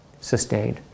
sustained